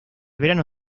verano